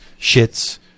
shits